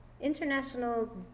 International